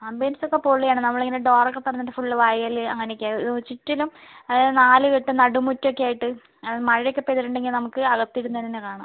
ആംബിയൻസൊക്കെ പൊളിയാണ് നമ്മളിങ്ങനെ ഡോറൊക്കെ തുറന്നിട്ട് ഫുള്ള് വയല് അങ്ങനൊക്കെ ചുറ്റിനും അതായത് നാല്കെട്ട് നടുമുറ്റൊക്കെ ആയിട്ട് മഴയൊക്കെ പെയ്തിട്ടുണ്ടെങ്കിൽ നമുക്ക് അകത്തിരുന്ന് തന്നെ കാണാം